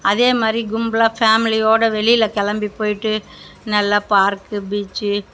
அதேமாதிரி கும்பலாக பேமிலியோடு வெளியில் கிளம்பி போய்ட்டு நல்லா பார்க்கு பீச்சி